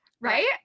Right